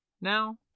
now